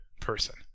person